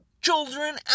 children